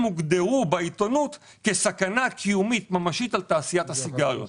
הוגדרו בעיתונות כסכנה קיומית ממשית על תעשיית הסיגריות.